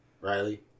Riley